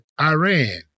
Iran